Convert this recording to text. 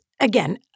again